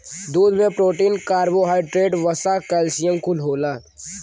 दूध में protein, carbohydrate, वसा, कैल्सियम कुल होला